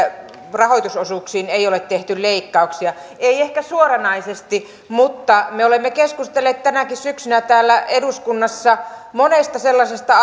rahoitusosuuksiin ei ole tehty leikkauksia ei ehkä suoranaisesti mutta me olemme keskustelleet tänäkin syksynä täällä eduskunnassa monesta sellaisesta